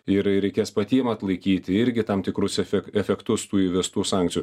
ir reikės patiem atlaikyti irgi tam tikrus efe efektus tų įvestų sankcijų